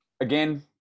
Again